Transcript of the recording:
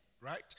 Right